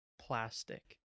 plastic